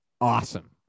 awesome